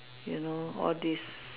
you know all this